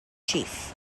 chief